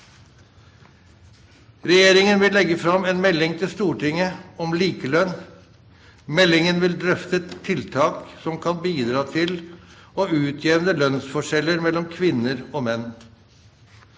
Regjeringen vil legge fram en melding til Stortinget om likelønn. Meldingen vil drøfte tiltak som kan bidra til å utjevne lønnsforskjeller mellom kvinner og menn.